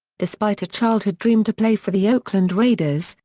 despite a childhood dream to play for the oakland raiders,